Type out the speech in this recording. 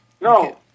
No